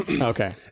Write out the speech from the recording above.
Okay